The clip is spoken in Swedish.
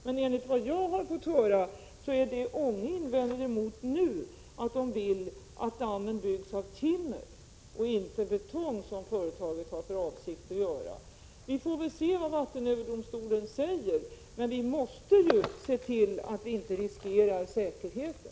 Men enligt vad jag fått höra innebär invändningarna från Ånge kommun att man vill att dammen byggs av timmer och inte av betong, som företaget har för avsikt att göra. Vi får se vad vattenöverdomstolen säger. Men vi måste se till att inte riskera säkerheten.